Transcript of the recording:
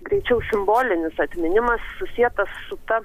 greičiau simbolinis atminimas susietas su ta